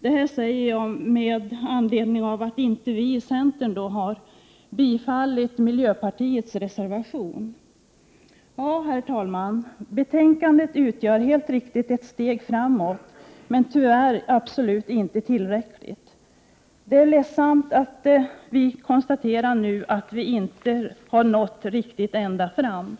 Detta säger jag med anledning av att vi i centern inte har biträtt miljöpartiets reservation. Herr talman! Betänkandet utgör helt riktigt ett steg framåt, men tyvärr absolut inte tillräckligt. Det är ledsamt att nu behöva konstatera att vi inte har nått ända fram.